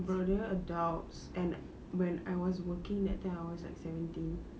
they were adults and when I was working that time I was like seventeen